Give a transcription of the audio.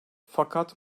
fakat